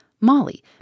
Molly